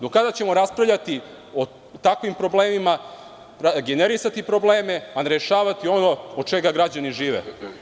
Do kada ćemo raspravljati o takvim problemima, generisati probleme a ne rešavati ono od čega građani žive?